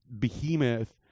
behemoth